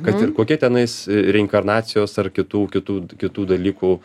kad ir kokie tenais reinkarnacijos ar kitų kitų kitų dalykų